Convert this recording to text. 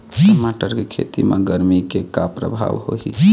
टमाटर के खेती म गरमी के का परभाव होही?